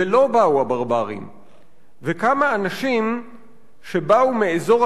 ולא באו הברברים/ וכמה אנשים שבאו מאזור